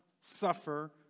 suffer